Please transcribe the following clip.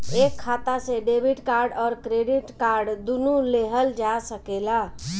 एक खाता से डेबिट कार्ड और क्रेडिट कार्ड दुनु लेहल जा सकेला?